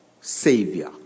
Savior